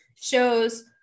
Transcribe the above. shows